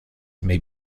may